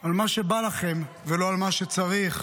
על מה שבא לכם ולא על מה שצריך,